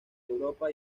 europa